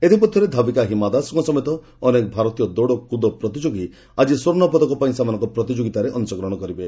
ଇତିମଧ୍ୟରେ ଧାବିକା ହୀମା ଦାସଙ୍କ ସମେତ ଅନେକ ଭାରତୀୟ ଦୌଡ଼କୁଦ ପ୍ରତିଯୋଗୀ ଆଜି ସ୍ୱର୍ଷପଦକ ପାଇଁ ସେମାନଙ୍କର ପ୍ରତିଯୋଗିତାରେ ଅଂଶଗ୍ରହଣ କରିବେ